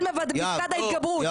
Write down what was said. פסקת ההתגברות.